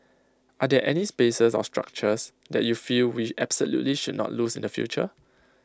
are there any spaces or structures that you feel we absolutely should not lose in the future